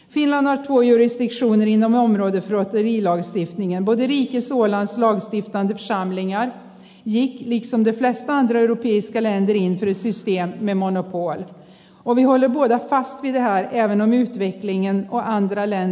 sillä on kuin nixonin omenoita vihjaisi niin ja voitelija suolaa nosti samtidigt som det var en svart dag i grundlagsutskottets historia var det en seger för rättsstaten finland var en rättsstat